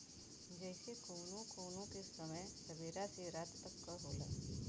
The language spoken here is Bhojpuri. जइसे कउनो कउनो के समय सबेरा से रात तक क होला